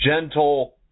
gentle